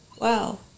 wow